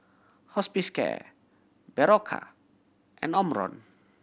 Hospicare Berocca and Omron